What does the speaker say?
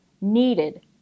needed